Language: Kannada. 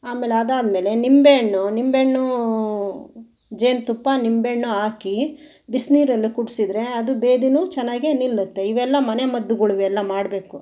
ಆಮೇಲೆ ಅದಾದಮೇಲೆ ನಿಂಬೆಹಣ್ಣು ನಿಂಬೆಹಣ್ಣು ಜೇನುತುಪ್ಪ ನಿಂಬೆಹಣ್ಣು ಹಾಕಿ ಬಿಸಿನೀರಲ್ಲಿ ಕುಡ್ಸಿದ್ರೆ ಅದು ಭೇದಿನೂ ಚೆನ್ನಾಗಿ ನಿಲ್ಲುತ್ತೆ ಇವೆಲ್ಲ ಮನೆ ಮದ್ದುಗಳು ಇವೆಲ್ಲ ಮಾಡ್ಬೇಕು